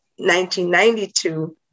1992